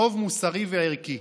חוב מוסרי וערכי.